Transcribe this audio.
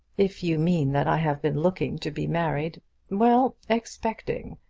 if you mean that i have been looking to be married well expecting.